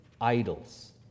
idols